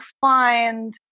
find